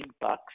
bucks